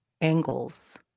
angles